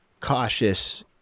cautious